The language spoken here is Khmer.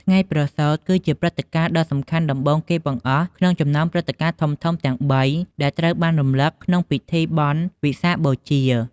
ថ្ងៃប្រសូត គឺជាព្រឹត្តិការណ៍ដ៏សំខាន់ដំបូងគេបង្អស់ក្នុងចំណោមព្រឹត្តិការណ៍ធំៗទាំងបីដែលត្រូវបានរំលឹកក្នុងពិធីបុណ្យវិសាខបូជា។